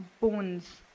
bones